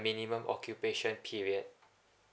minimum occupation period